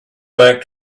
back